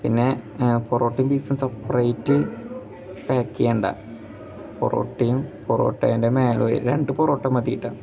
പിന്നെ പൊറോട്ടയും ബീഫും സെപ്പറേറ്റ് പാക്ക് ചെയ്യേണ്ട പൊറോട്ടയും പൊറോട്ടേൻ്റെ മേലെ രണ്ട് പൊറോട്ട മതി കേട്ട